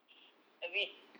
a bit